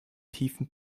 tiefen